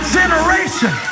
generation